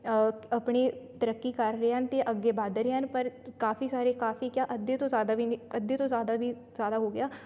ਆਪਣੀ ਤਰੱਕੀ ਕਰ ਰਹੇ ਹਨ ਅਤੇ ਅੱਗੇ ਵੱਧ ਰਹੇ ਹਨ ਪਰ ਕਾਫੀ ਸਾਰੇ ਕਾਫੀ ਕਿਆ ਅੱਧੇ ਤੋਂ ਜ਼ਿਆਦਾ ਵੀ ਅੱਧੇ ਤੋਂ ਜ਼ਿਆਦਾ ਵੀ ਜ਼ਿਆਦਾ ਹੋ ਗਿਆ